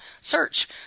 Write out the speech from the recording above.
search